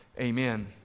amen